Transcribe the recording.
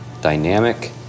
dynamic